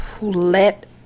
let